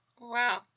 Wow